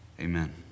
amen